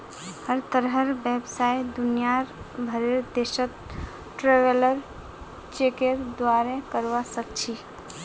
हर तरहर व्यवसाय दुनियार भरेर देशत ट्रैवलर चेकेर द्वारे करवा सख छि